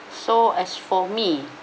so as for me